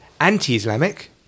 anti-Islamic